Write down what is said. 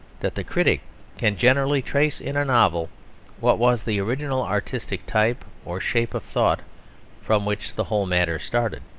that the critic can generally trace in a novel what was the original artistic type or shape of thought from which the whole matter started,